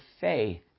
faith